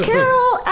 Carol